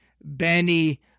Benny